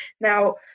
Now